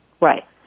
Right